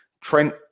Trent